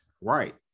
right